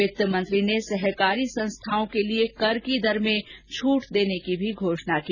वित्तमंत्री ने सहकारी संस्थाओं के लिए कर की दर में छूट देने की भी घोषणा की